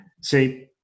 see